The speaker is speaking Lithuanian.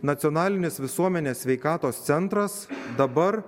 nacionalinis visuomenės sveikatos centras dabar